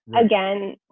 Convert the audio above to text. Again